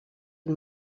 een